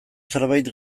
zerbait